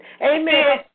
Amen